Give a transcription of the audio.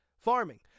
farming